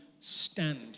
stand